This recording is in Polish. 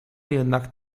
jednak